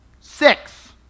Six